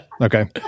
okay